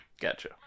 Gotcha